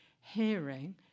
hearing